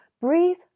breathe